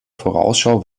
vorausschau